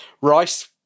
rice